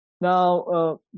Now